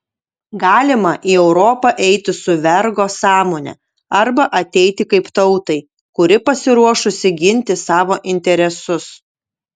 galima į europą eiti su vergo sąmone arba ateiti kaip tautai kuri pasiruošusi ginti savo interesus